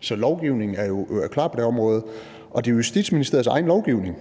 så lovgivningen er klar på det område, og det er jo Justitsministeriets egen lovgivning.